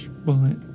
bullet